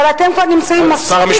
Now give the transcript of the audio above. אבל אתם כבר נמצאים מספיק